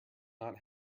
not